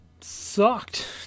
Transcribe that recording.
sucked